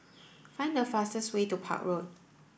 find the fastest way to Park Road